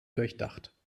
durchdacht